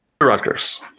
Rutgers